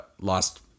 lost